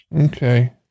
Okay